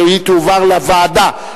שהיא תועבר לוועדה,